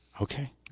Okay